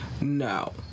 no